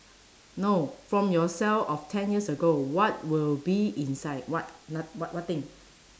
no from yourself of ten years ago what will be inside what n~ what what thing